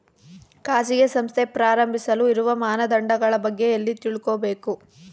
ಖಾಸಗಿ ಸಂಸ್ಥೆ ಪ್ರಾರಂಭಿಸಲು ಇರುವ ಮಾನದಂಡಗಳ ಬಗ್ಗೆ ಎಲ್ಲಿ ತಿಳ್ಕೊಬೇಕು?